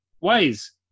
ways